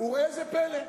וראה זה פלא,